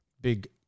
big